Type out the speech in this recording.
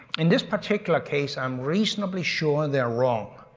in this particular case, i'm reasonably sure they're wrong.